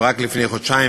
ורק לפני חודשיים,